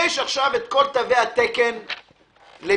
יש את כל תווי התקן למיניהם,